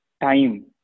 time